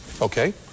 Okay